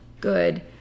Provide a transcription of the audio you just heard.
good